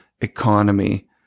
economy